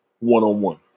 one-on-one